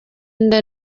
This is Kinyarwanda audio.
inda